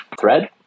thread